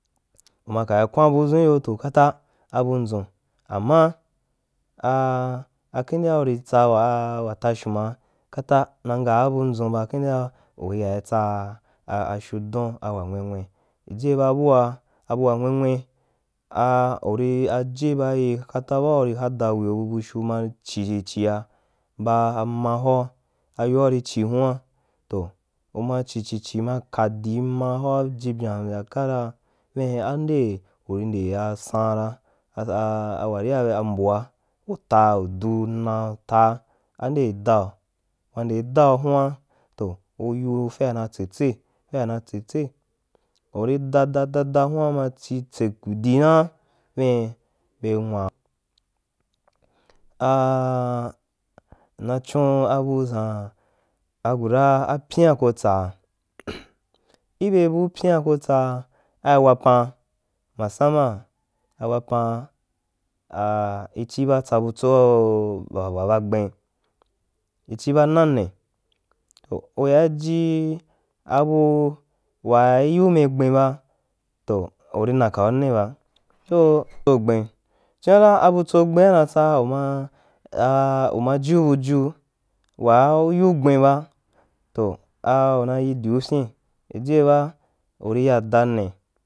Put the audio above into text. Uma kaa kwan budʒu iyo to kata abu ndʒun ama a a kundea uri tsa a wa tashuma, kata na ngaabu ndʒun ba kindea uri tsa a fyudin wa nwe nwe ijiye ba bua abuwa nwe nwe a uri aje baye kata bu baa uri hada wea ye nai chi chi chia ba mma huan, agoa uri chī huan, toh uba chi chi chi ma ka dii ma hoa ma hoa gben mbya kara vim a nde uri nde asaan ra a weria ambu a u duna taa ande dau undei dau huan, toh u yiu faria na tse tse foria na tse tse uri da da da dahuan ma chi i tse kudina vin bel nwa a mna chon abu ʒa guda pyian ko tsaa ibe buu pyian ko tsua ai wapan masama a wapan a ichi ba tsa butso wa bagben ichì baa nane, toh u yori jí abu wai yiu mi gben ba to uri nakan ne ba so ufso gbeni chīara abutsou fben unai tsa uma a una jiu buju waa u yiu gben ba toh una yī diu fyīn yiyeba uri ya da neh.